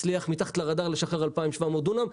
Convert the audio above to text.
הצליח מתחת לרדאר לשחרר 2,700 דונם.